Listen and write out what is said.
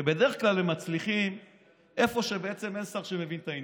ובדרך כלל הם מצליחים איפה שבעצם אין שר שמבין את העניין,